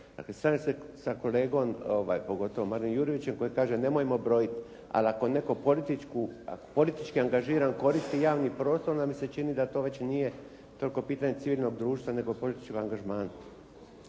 … sa kolegom pogotovo Marinom Jurjevićem koji kaže nemojmo brojiti, ali ako netko politički angažiran koristi javni prostor onda mi se čini da to već nije toliko pitanje civilnog društva nego političkog angažmana.